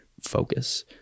focus